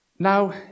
Now